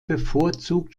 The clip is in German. bevorzugt